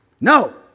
No